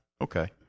Okay